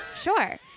Sure